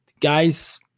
guys